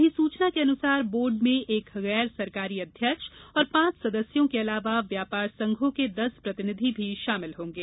अधिसूचना के अनुसार बोर्ड में एक गैर सरकारी अध्यक्ष और पांच सदस्यों के अलावा व्यापार संघो के दस प्रतिनिधि भी शामिल होंगे